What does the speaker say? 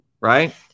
right